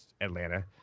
Atlanta